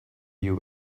you